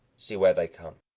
see, where they come!